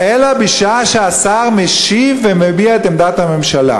אלא בשעה שהשר משיב ומביע את עמדת הממשלה.